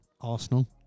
Arsenal